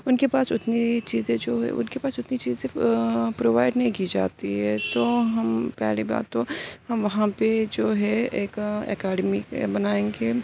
ان کے پاس اتنی چیزیں جو ہے ان کے پاس اتنی چیزیں پرووائڈ نہیں کی جاتی ہیں تو ہم پہلی بات تو ہم وہاں پہ جو ہے ایک اکیڈمی بنائیں گے